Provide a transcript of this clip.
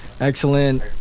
excellent